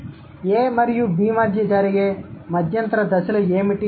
కాబట్టి "A" మరియు "B" మధ్య జరిగే మధ్యంతర దశలు ఏమిటి